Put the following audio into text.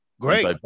Great